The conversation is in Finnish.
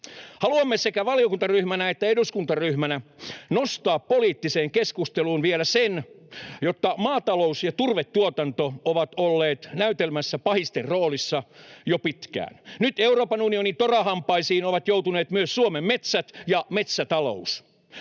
Haluamme sekä valiokuntaryhmänä että eduskuntaryhmänä nostaa poliittiseen keskusteluun vielä sen, että maatalous ja turvetuotanto ovat olleet näytelmässä pahisten roolissa jo pitkään. Nyt Euroopan unionin torahampaisiin ovat joutuneet myös Suomen metsät ja metsätalous.